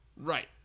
right